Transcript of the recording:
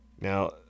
Now